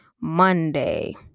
Monday